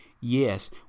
Yes